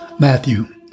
Matthew